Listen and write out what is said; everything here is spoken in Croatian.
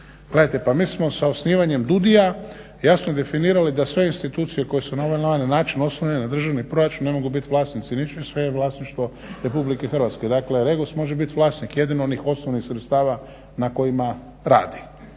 Gledajte, pa mi smo sa osnivanjem DUDI-ja jasno definirali da sve institucije koje su na ovaj ili onaj način oslonjene ne državni proračun ne mogu bit vlasnici ničeg, sve je vlasništvo Republike Hrvatske. Dakle REGOS može biti vlasnik jedino onih osnovnih sredstava na kojima radi,